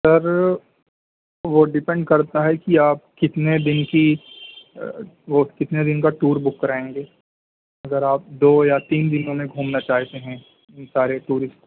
سر وہ ڈیپینڈ کرتا ہے کہ آپ کتنے دن کی وہ کتنے دن کا ٹور بک کرائیں گے ذرا آپ دو یا تین دنوں میں گھومنا چاہتے ہیں سارے ٹوریسٹ